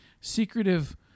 secretive